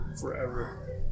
forever